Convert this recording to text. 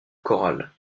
choral